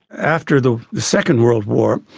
after the second world war,